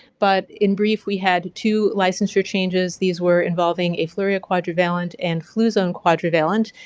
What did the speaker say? but in brief, we had two licensor changes, these were involving afluria quadrivalent and flu zone quadrivalent.